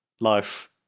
life